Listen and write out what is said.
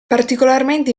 particolarmente